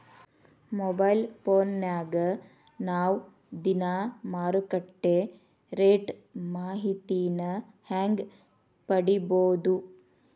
Mobile ಫೋನ್ಯಾಗ ನಾವ್ ದಿನಾ ಮಾರುಕಟ್ಟೆ ರೇಟ್ ಮಾಹಿತಿನ ಹೆಂಗ್ ಪಡಿಬೋದು?